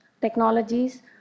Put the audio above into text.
technologies